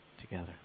together